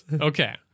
Okay